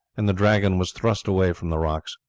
and the dragon was thrust away from the rocks.